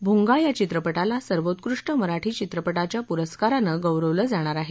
भोंगा या चित्रपतीला सर्वोत्कृष्ट मराठी चित्रपतील्या पुरस्कारानं गौरवलं जाणार आहे